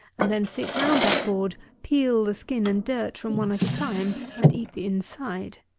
and then sit round that board, peel the skin and dirt from one at a time and eat the inside.